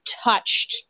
touched